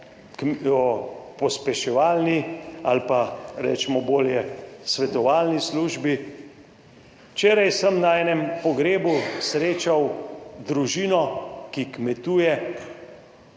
pospeševalni ali pa recimo bolje svetovalni službi. Včeraj sem na enem pogrebu srečal družino, ki kmetuje.